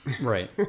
Right